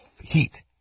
heat